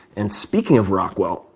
and speaking of rockwell,